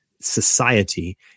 society